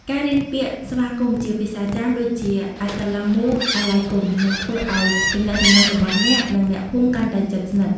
ការរៀនពាក្យស្វាគមន៍ជាភាសាចាម ដូចជា "Assalamu Alaikum" នឹងធ្វើឱ្យទំនាក់ទំនងរបស់អ្នក និងអ្នកភូមិកាន់តែជិតស្និទ្ធ។